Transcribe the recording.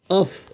off